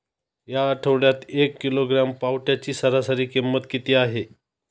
या आठवड्यात एक किलोग्रॅम पावट्याची सरासरी किंमत किती आहे?